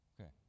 Okay